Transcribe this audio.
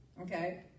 Okay